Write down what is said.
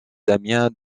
damien